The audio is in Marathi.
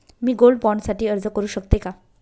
मी गोल्ड बॉण्ड साठी अर्ज करु शकते का?